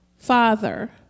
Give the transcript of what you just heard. Father